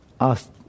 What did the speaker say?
asked